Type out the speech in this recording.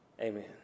Amen